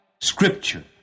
Scripture